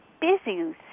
busy